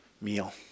meal